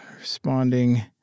Responding